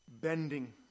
Bending